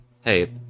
hey